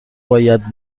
باید